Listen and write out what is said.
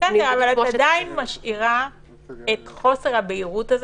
אבל את עדיין משאירה את חוסר הבהירות הזה